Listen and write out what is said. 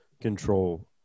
control